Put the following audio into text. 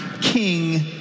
King